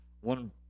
one